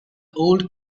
old